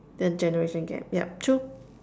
the generation gap yup true